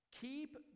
keep